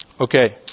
Okay